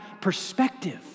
perspective